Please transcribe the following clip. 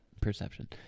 perception